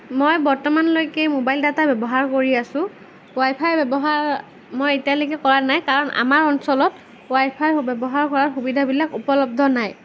মই বৰ্তমানলৈকে mobile data ব্যৱহাৰ কৰি আছো ৱাইফাই ব্যৱহাৰ মই এতিয়ালৈকে কৰা নাই কাৰণ আমাৰ অঞ্চলত ৱাইফাই ব্যৱহাৰ হোৱাৰ সুবিধাবিলাক উপলব্ধ নাই